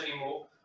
anymore